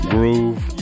Groove